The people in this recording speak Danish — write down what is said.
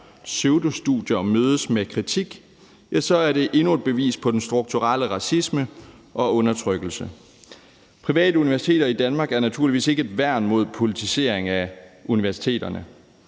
pseudostudier mødes med kritik, reagerer man med at sige, at det er endnu et bevis på den strukturelle racisme og undertrykkelse. Private universiteter i Danmark er naturligvis ikke et værn mod politisering af universiteterne.